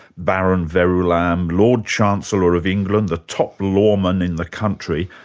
baron verulam, lord chancellor of england, the top law man in the country,